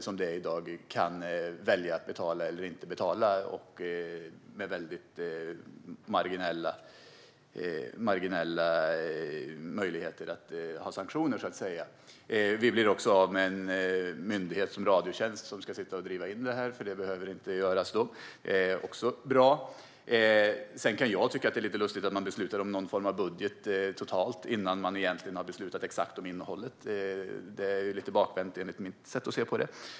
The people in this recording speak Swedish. Som det är i dag kan man i grunden välja att betala eller inte, eftersom det finns marginella möjligheter till sanktioner. Vi skulle också bli av med en myndighet, Radiotjänst, som ska driva in avgifterna, eftersom det inte behöver göras. Det är också bra. Jag kan tycka att det är lite lustigt att man beslutar om någon form av total budget innan man egentligen har beslutat om det exakta innehållet. Det är lite bakvänt enligt mitt sätt att se på det.